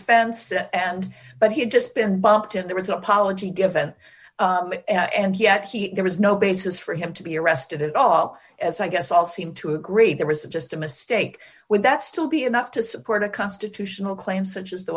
fence and but he had just been bumped and there was a policy given and he actually there was no basis for him to be arrested at all as i guess all seem to agree that was just a mistake would that still be enough to support a constitutional claim such as the